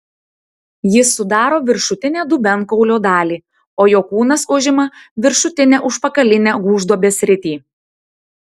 jis sudaro viršutinę dubenkaulio dalį o jo kūnas užima viršutinę užpakalinę gūžduobės sritį